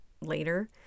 later